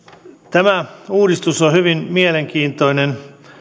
tämä uudistus on hyvin mielenkiintoinen